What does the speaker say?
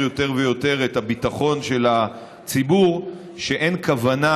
יותר ויותר את הביטחון של הציבור שאין כוונה